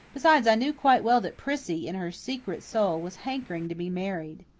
besides, i knew quite well that prissy, in her secret soul, was hankering to be married.